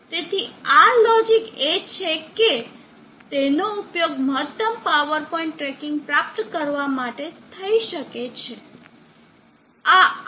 તેથી આ લોજીક એ છે કે તેનો ઉપયોગ મહત્તમ પાવર પોઇન્ટ ટ્રેકિંગ પ્રાપ્ત કરવા માટે કરી શકાય છે